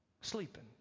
Sleeping